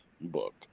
book